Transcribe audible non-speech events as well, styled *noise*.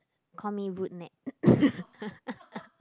call me rude Nat *laughs*